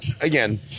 Again